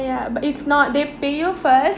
ya but it's not they pay you first